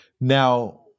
Now